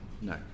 No